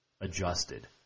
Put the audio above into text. adjusted